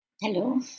Hello